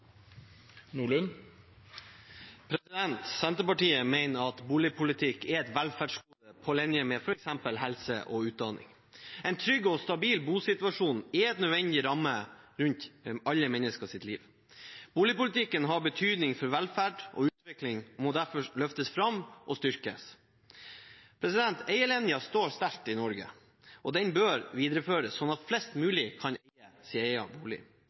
på linje med f.eks. helse og utdanning. En trygg og stabil bosituasjon er en nødvendig ramme rundt alle menneskers liv. Boligpolitikken har betydning for velferd og utvikling og må derfor løftes fram og styrkes. Eierlinjen står sterkt i Norge, og den bør videreføres sånn at flest mulig kan eie sin egen bolig. Et velfungerende leiemarked for dem som i kortere eller lengre perioder er best tjent med å leie bolig,